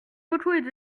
beaucoup